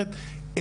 זאת אומרת,